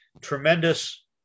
tremendous